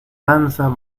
danzas